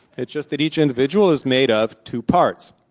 it's just that each individual is made of two parts.